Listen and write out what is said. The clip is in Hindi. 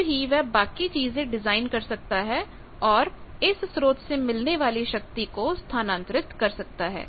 तब ही वह बाकी चीजें डिजाइन कर सकता है और इस स्रोत से मिलने वाली शक्ति को स्थानांतरित कर सकता है